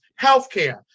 healthcare